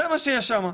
זה מה שיש שם.